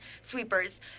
sweepers